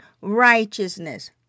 righteousness